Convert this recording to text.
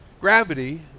Gravity